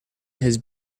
his